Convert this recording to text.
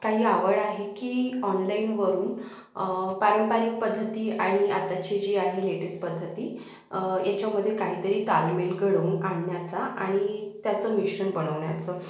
काही आवड आहे की ऑनलाईनवरून पारंपरिक पद्धती आणि आत्ताची जी आहे लेटेस पद्धती याच्यामध्ये काहीतरी ताळमेळ घडवून आणण्याचा आणि त्याचं मिश्रण बनवण्याचं